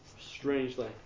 strangely